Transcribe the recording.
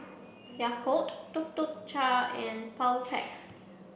Yakult Tuk Tuk Cha and Powerpac